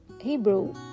Hebrew